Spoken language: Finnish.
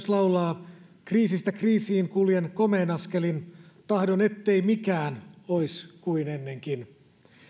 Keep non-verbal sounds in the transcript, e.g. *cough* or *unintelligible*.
*unintelligible* laulaa myös kriisistä kriisiin kuljen komein askelin tahdon ettei mikään ois kuin ennenkin